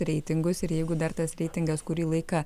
reitingus ir jeigu dar tas reitingas kurį laiką